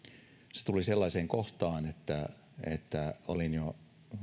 se tuli sellaiseen kohtaan että että olin jo